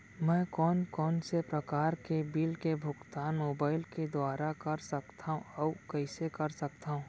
मैं कोन कोन से प्रकार के बिल के भुगतान मोबाईल के दुवारा कर सकथव अऊ कइसे कर सकथव?